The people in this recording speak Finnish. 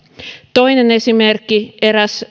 toinen esimerkki eräs